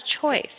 choice